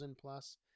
plus